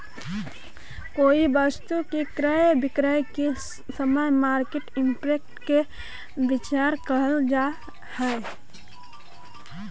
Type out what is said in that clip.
कोई वस्तु के क्रय विक्रय के समय मार्केट इंपैक्ट के विचार कईल जा है